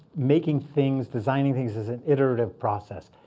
making things, designing things is an iterative process.